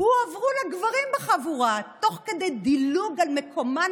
הועברו לגברים בחבורה תוך דילוג על מקומן